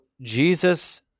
Jesus